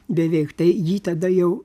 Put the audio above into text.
beveik tai jį tada jau